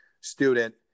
student